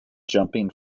jumping